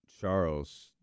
Charles